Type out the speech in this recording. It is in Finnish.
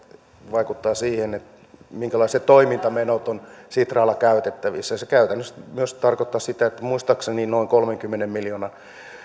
vaikuttaisi siihen minkälaiset toimintamenot sitralla olisi käytettävissä se käytännössä tarkoittaisi myös sitä että muistaakseni noin kolmenkymmenen miljoonan